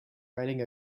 riding